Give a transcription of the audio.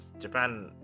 japan